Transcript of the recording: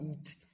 eat